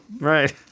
Right